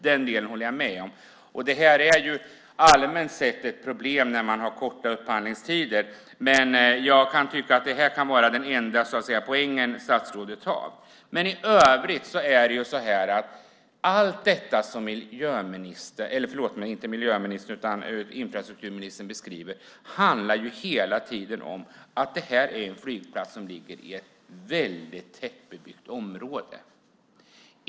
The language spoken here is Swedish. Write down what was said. Det är ju rent allmänt ett problem när man har korta upphandlingstider, men jag kan tycka att det är den enda poäng statsrådet har i svaret. I övrigt handlar det som infrastrukturministern tar upp om att flygplatsen ligger i ett mycket tättbebyggt område.